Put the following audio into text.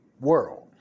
World